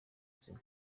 buzima